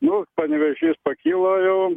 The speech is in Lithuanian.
nu panevėžys pakilo